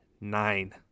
nine